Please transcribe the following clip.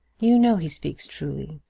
you know he speaks truly.